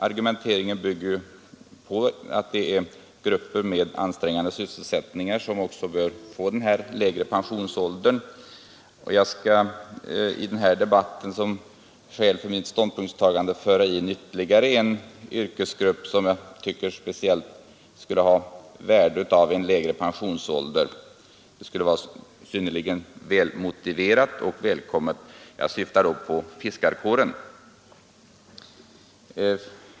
Argumenteringen bygger på att det är grupper med ansträngande sysselsättningar som bör få den lägre pensionsåldern. Jag vill i debatten som skäl för mitt ståndpunktstagande föra in ytterligare en yrkesgrupp som jag tycker speciellt skulle ha värde av en lägre pensionsålder, därför att en sådan skulle vara synnerligen väl motiverad och välkommen. Jag syftar då på fiskarkåren.